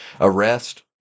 arrest